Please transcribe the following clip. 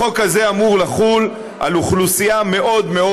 החוק הזה אמור לחול על אוכלוסייה מאוד מאוד